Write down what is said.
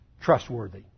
trustworthy